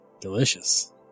Delicious